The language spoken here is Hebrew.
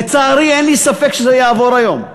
לצערי, אין לי ספק שזה יעבור היום,